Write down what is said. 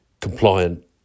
compliant